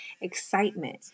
excitement